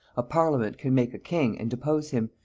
a parliament can make a king and depose him,